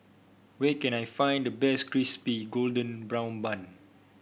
where can I find the best Crispy Golden Brown Bun